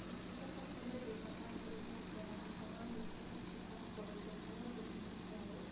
পৰ্যটকসকলে ব্যৱহাৰ কৰিবপৰা আমাৰ অঞ্চলত থকা পৰিবহণৰ সুবিধাসমূহ